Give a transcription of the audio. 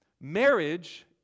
Marriage